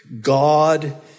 God